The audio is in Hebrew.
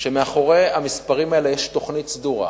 שמאחורי המספרים האלה יש תוכנית סדורה,